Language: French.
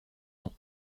ans